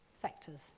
sectors